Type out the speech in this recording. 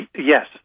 Yes